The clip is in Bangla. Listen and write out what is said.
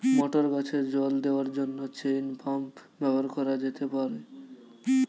মটর গাছে জল দেওয়ার জন্য চেইন পাম্প ব্যবহার করা যেতে পার?